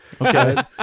Okay